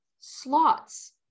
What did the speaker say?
slots